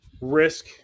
risk